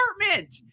apartment